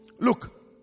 Look